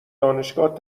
دانشگاه